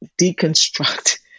deconstruct